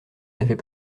n’avait